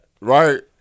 right